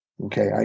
Okay